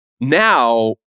Now